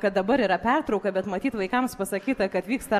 kad dabar yra pertrauka bet matyt vaikams pasakyta kad vyksta